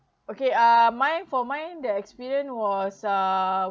okay uh mine for mine the experience was uh